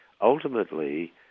ultimately